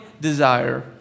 desire